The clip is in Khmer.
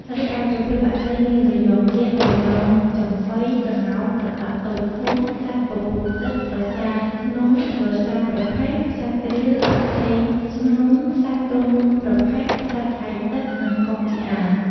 រីឯប្រភេទបក្សីមាន ត្រយងយក្ស ត្រយងចំប៉ី ក្ងោក ត្រដក់តូចធំ សត្វពពូលទឹក ក្រសារធ្នង់ ក្រសារប្រផេះ សត្វក្រៀល បក្សីស្មោញ សត្វទុងប្រផេះ សត្វក្អែកទឹក និងកុកជាដើម។